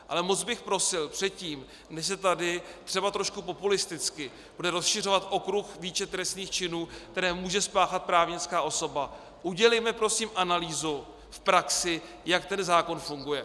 Ale moc bych prosil, předtím, než se tady třeba trošku populisticky bude rozšiřovat okruh, výčet trestných činů, které může spáchat právnická osoba, udělejme prosím analýzu v praxi, jak ten zákon funguje.